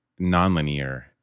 nonlinear